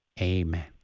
Amen